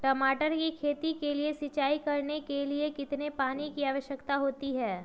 टमाटर की खेती के लिए सिंचाई करने के लिए कितने पानी की आवश्यकता होती है?